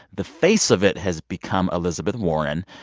the face of it has become elizabeth warren,